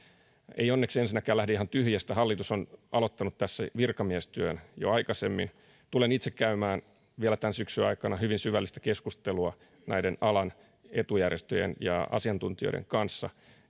en onneksi ensinnäkään lähde ihan tyhjästä hallitus on aloittanut tässä virkamiestyön jo aikaisemmin tulen itse käymään vielä tämän syksyn aikana hyvin syvällistä keskustelua näiden alan etujärjestöjen ja asiantuntijoiden kanssa